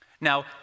Now